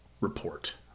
Report